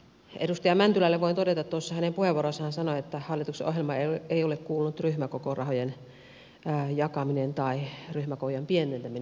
edustaja mäntylälle voin todeta kun tuossa puheenvuorossaan hän sanoi että hallituksen ohjelmaan ei ole kuulunut ryhmäkokorahojen jakaminen tai ryhmäkokojen pienentäminen